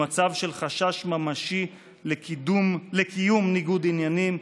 במצב של חשש ממשי לקיום ניגוד עניינים,